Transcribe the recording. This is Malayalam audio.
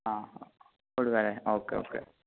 ആ കൊടുക്കാമല്ലേ ഓക്കെ ഓക്കെ